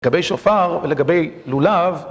לגבי שופר ולגבי לולב